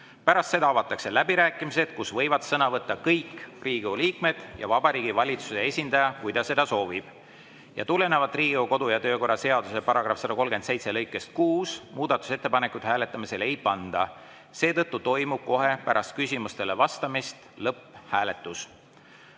Pärast seda avatakse läbirääkimised, kus võivad sõna võtta kõik Riigikogu liikmed ja Vabariigi Valitsuse esindaja, kui ta seda soovib. Tulenevalt Riigikogu kodu‑ ja töökorra seaduse § 137 lõikest 6 muudatusettepanekuid hääletamisele ei panda. Seetõttu toimub kohe pärast küsimustele vastamist lõpphääletus.